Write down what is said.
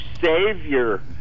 Savior